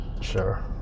Sure